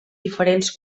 diferents